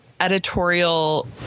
editorial